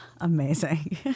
Amazing